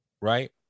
right